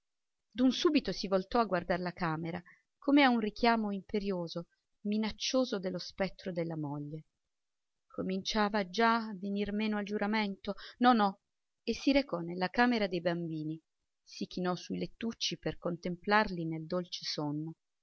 d'un subito si voltò a guardar la camera come a un richiamo imperioso minaccioso dello spettro della moglie cominciava già a venir meno al giuramento no no e si recò nella camera dei bambini si chinò sui lettucci per contemplarli nel dolce sonno